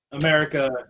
America